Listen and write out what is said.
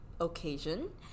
occasion